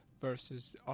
versus